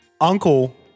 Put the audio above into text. Uncle